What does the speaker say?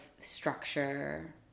structure